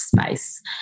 space